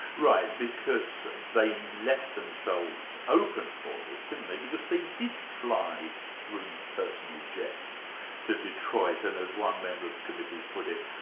right, because they left themselves open for this, didn't they? because they did fly three personal jets to detroit, and as one member of the committee put it,